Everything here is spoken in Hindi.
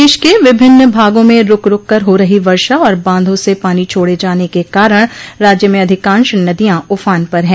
प्रदेश के विभिन्न भागों में रूक रूककर हो रही वर्षा और बांधों से पानी छोड़े जाने के कारण राज्य में अधिकांश नदियां ऊफान पर है